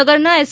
ભાવનગર ના એસ